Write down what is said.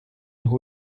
who